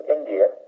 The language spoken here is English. India